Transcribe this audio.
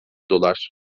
dolar